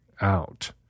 out